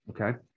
okay